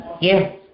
Yes